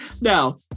now